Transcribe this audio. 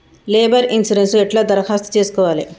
Labour insurance ఎట్ల దరఖాస్తు చేసుకోవాలే?